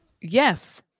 Yes